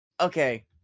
okay